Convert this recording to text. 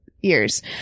years